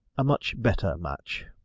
a much better match.